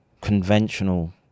conventional